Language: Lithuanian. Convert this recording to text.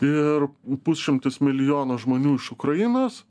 ir pusšimtis milijono žmonių iš ukrainos